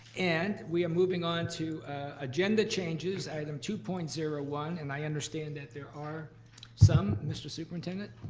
and we are moving on to agenda changes, item two point zero one, and i understand that there are some. mr. superintendent?